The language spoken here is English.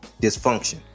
Dysfunction